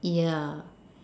yeah